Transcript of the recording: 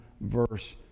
verse